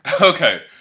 Okay